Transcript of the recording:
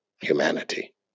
humanity